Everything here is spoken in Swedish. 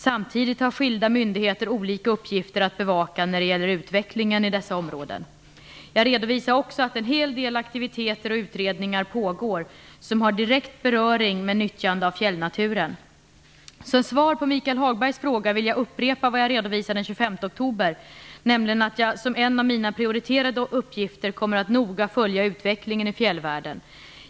Samtidigt har skilda myndigheter olika uppgifter att bevaka när det gäller utvecklingen i dessa områden. Jag redovisade också att en hel del aktiviteter och utredningar pågår som har direkt beröring med nyttjandet av fjällnaturen. Som svar på Michael Hagbergs fråga vill jag upprepa vad jag redovisade den 25 oktober, nämligen att jag som en av mina prioriterade uppgifter kommer att noga följa utvecklingen i fjällvärlden.